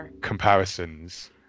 comparisons